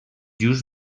just